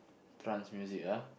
trance music ah